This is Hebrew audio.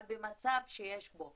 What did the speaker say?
אבל במצב שיש בו